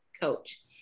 coach